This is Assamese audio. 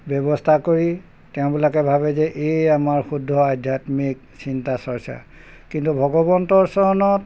ব্যৱস্থা কৰি তেওঁবিলাকে ভাবে যে এই আমাৰ শুদ্ধ আধ্যাত্মিক চিন্তা চৰ্চা কিন্তু ভগৱন্তৰ চৰণত